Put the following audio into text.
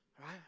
Right